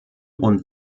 und